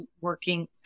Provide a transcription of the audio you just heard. working